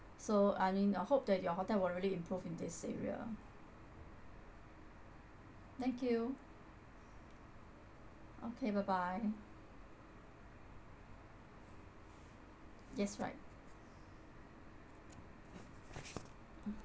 so I mean I hope that your hotel will really improve in this area thank you okay bye bye yes right